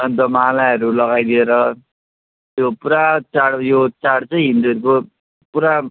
अनि त मालाहरू लगाइदिएर त्यो पुरा चाड यो चाड चाहिँ हिन्दूहरूको पुरा